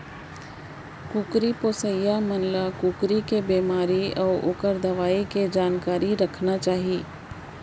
कुकरी पोसइया मन ल कुकरी के बेमारी अउ ओकर दवई के जानकारी रखना चाही